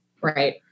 right